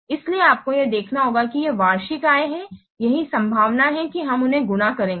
इसलिए आपको यह देखना होगा कि ये वार्षिक आय हैं यही संभावना है कि हम उन्हें गुणा करेंगे